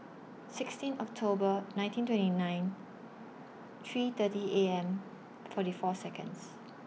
sixteen October nineteen twenty nine three thirty A M forty four Seconds